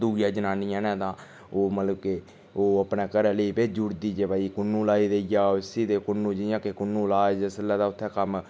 दुए जनानियां न तां ओह् मतलब कि ओह् अपने घरैआह्ले गी भेजी ओड़दी ऐ जे भई कुन्नु लाई देई आ इसी ते कुन्नु जि'यां के कुन्नु लाए जिसलै तां उत्थै कम्म